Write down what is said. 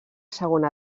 segona